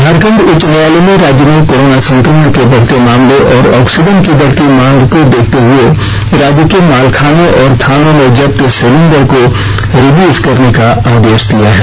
झारखंड उच्च न्यायालय ने राज्य में कोरोना संकमण के बढ़ते मामले और ऑक्सीजन की बढ़ती मांग को देखते हुए राज्य के मालखानों और थानों में जब्त सिलिंडर को रिलिज करने का आदेश दिया है